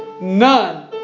none